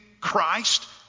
Christ